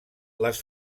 les